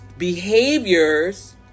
behaviors